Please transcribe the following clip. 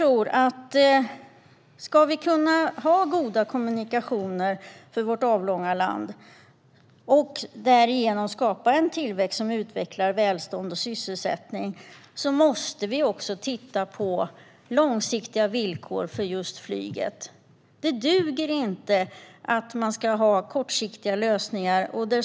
Om vi ska kunna ha goda kommunikationer i vårt avlånga land, och därigenom skapa tillväxt som utvecklar välstånd och skapar sysselsättning, måste vi också titta på långsiktiga villkor för just flyget. Det duger inte att ha kortsiktiga lösningar.